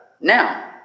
Now